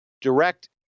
direct